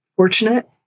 fortunate